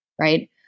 Right